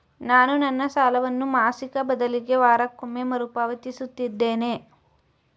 ನಾನು ನನ್ನ ಸಾಲವನ್ನು ಮಾಸಿಕ ಬದಲಿಗೆ ವಾರಕ್ಕೊಮ್ಮೆ ಮರುಪಾವತಿಸುತ್ತಿದ್ದೇನೆ